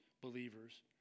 believers